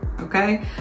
okay